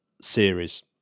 series